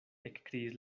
ekkriis